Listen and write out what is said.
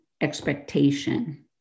expectation